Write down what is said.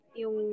yung